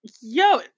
yo